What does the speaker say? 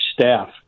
staff